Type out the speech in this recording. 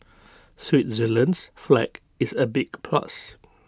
Switzerland's flag is A big plus